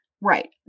right